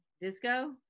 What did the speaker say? disco